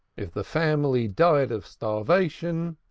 if the family died of starvation,